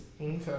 Okay